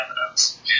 evidence